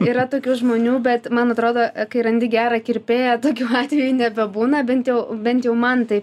yra tokių žmonių bet man atrodo kai randi gerą kirpėją tokių atvejų nebebūna bent jau bent jau man taip